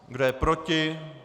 Kdo je proti?